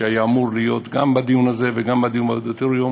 שהיה אמור להיות גם בדיון הזה וגם בדיון באודיטוריום,